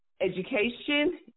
education